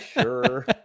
sure